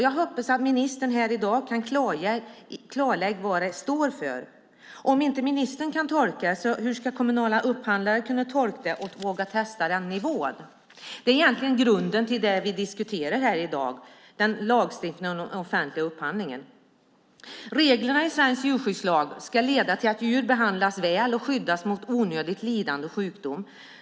Jag hoppas att ministern här i dag kan klarlägga vad det står för. Om ministern inte kan tolka det, hur ska då kommunala upphandlare kunna tolka det och våga testa nivån? Det är egentligen grunden till det vi diskuterar här i dag, lagstiftningen om den offentliga upphandlingen. Reglerna i svensk djurskyddslag ska leda till att djur behandlas väl och skyddas mot onödigt lidande och sjukdom.